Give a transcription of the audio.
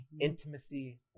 intimacy